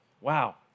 Wow